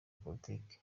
politiki